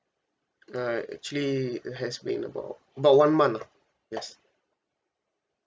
uh actually it has been about about one month lah yes